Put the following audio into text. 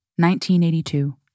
1982